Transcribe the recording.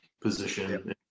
position